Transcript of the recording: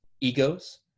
egos